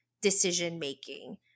decision-making